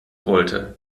wollte